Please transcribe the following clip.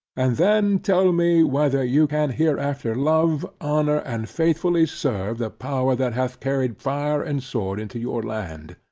and then tell me, whether you can hereafter love, honour, and faithfully serve the power that hath carried fire and sword into your land?